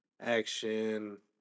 action